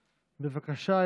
בבקשה,